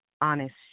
honest